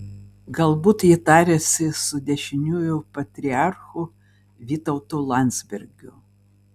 galbūt ji tariasi su dešiniųjų patriarchu vytautu landsbergiu